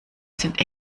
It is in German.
sind